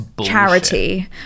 charity